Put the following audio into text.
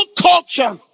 culture